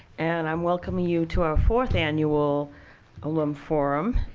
and i'm welcoming you to our fourth annual alumn forum.